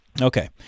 Okay